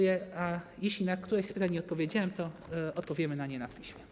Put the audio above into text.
Jeśli na któreś z pytań nie odpowiedziałem, to odpowiemy na nie na piśmie.